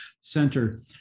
center